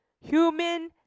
human